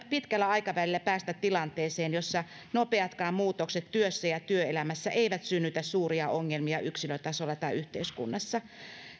pitkällä aikavälillä päästä tilanteeseen jossa nopeatkaan muutokset työssä ja työelämässä eivät synnytä suuria ongelmia yksilötasolla tai yhteiskunnassa